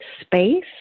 space